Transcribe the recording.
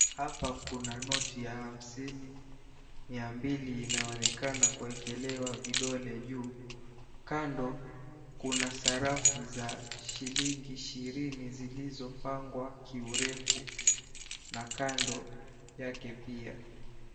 Hapa kuna noti ya hamsini. Mia mbili inaonekana kuwekelea vidole juu. Kando, kuna sarafu za shilingi ishirini zilizopangwa kiurefu na kando yake pia.